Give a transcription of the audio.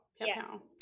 Yes